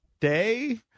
day